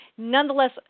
Nonetheless